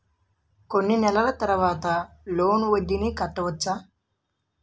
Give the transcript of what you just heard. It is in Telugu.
కొన్ని నెలల తర్వాత లోన్ వడ్డీని నేను కట్టవచ్చా?